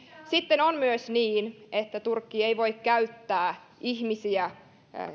on myös niin että turkki ei voi käyttää ihmisiä